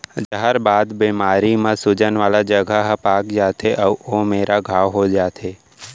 जहरबाद बेमारी म सूजन वाला जघा ह पाक जाथे अउ ओ मेरा घांव हो जाथे